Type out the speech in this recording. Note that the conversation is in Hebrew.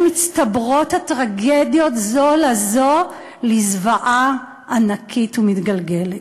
מצטברות הטרגדיות זו לזו לזוועה ענקית ומתגלגלת.